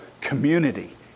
community